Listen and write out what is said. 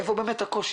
איפה באמת הקושי?